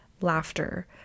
Laughter